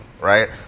right